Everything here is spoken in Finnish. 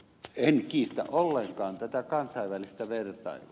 en kiistä ollenkaan tätä kansainvälistä vertailua